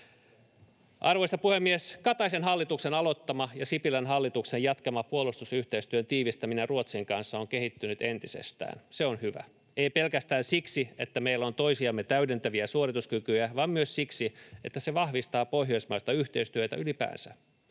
Arvoisa puhemies! Kataisen hallituksen aloittama ja Sipilän hallituksen jatkama puolustusyhteistyön tiivistäminen Ruotsin kanssa on kehittynyt entisestään. Se on hyvä. Ei pelkästään siksi, että meillä on toisiamme täydentäviä suorituskykyjä, vaan myös siksi, että se vahvistaa pohjoismaista yhteistyötä ylipäänsä.